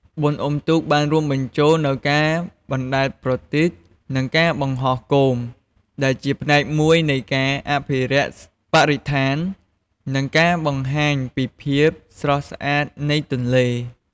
បុណ្យអុំទូក បានរួមបញ្ចូលនូវការបណ្ដែតប្រទីប និងការបង្ហោះគោម ដែលជាផ្នែកមួយនៃការអភិរក្សបរិស្ថាន និងការបង្ហាញពីភាពស្រស់ស្អាតនៃទន្លេ។